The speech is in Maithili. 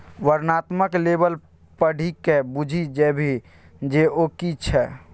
वर्णनात्मक लेबल पढ़िकए बुझि जेबही जे ओ कि छियै?